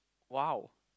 !wow!